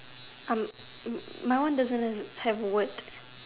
um my one doesn't have have word